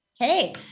Okay